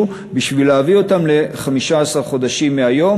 בשביל להביא אותם ל-15 חודשים מהיום,